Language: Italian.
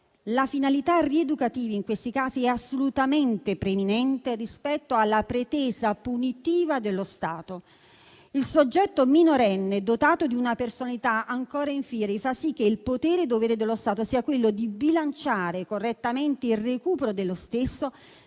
La finalità rieducativa, in questi casi, è assolutamente preminente rispetto alla pretesa punitiva dello Stato. Il fatto che il soggetto minorenne sia dotato di una personalità ancora *in fieri* fa sì che il potere/dovere dello Stato sia quello di bilanciare correttamente il recupero dello stesso,